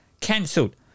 cancelled